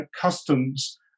customs